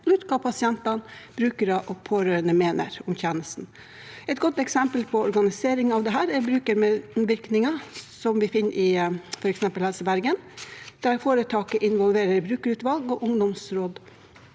ut hva pasienter, brukere og pårørende mener om tjenesten. Et godt eksempel på organisering av dette er brukermedvirkningen som vi finner i f.eks. Helse Bergen, der foretaket involverer brukerutvalg og ungdomsråd